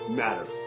matter